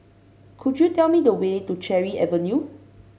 could you tell me the way to Cherry Avenue